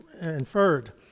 inferred